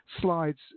slides